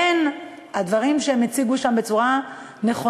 בין הדברים שהם הציגו שם בצורה נכונה,